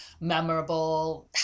memorable